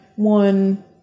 One